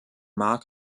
mark